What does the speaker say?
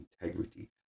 integrity